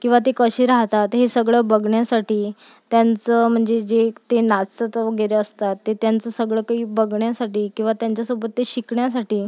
किंवा ते कसे राहतात हे सगळं बघण्यासाठी त्यांचं म्हणजे जे ते नाचत वगैरे असतात ते त्यांचं सगळं काही बघण्यासाठी किंवा त्यांच्यासोबत ते शिकण्यासाठी